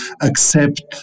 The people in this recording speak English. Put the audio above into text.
accept